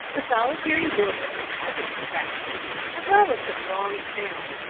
the solitary wilderness has its attractions as well as the thronged town.